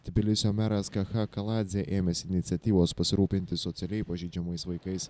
tbilisio meras kacha kaladzė ėmės iniciatyvos pasirūpinti socialiai pažeidžiamais vaikais